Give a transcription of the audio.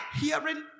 Hearing